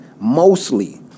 mostly